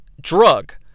drug